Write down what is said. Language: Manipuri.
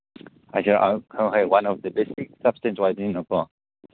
ꯍꯣꯏ ꯍꯣꯏ one of the basic substance ꯑꯣꯏꯕꯅꯤꯅꯀꯣ